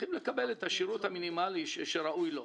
צריכים לקבל את השירות המינימלי שראוי להם,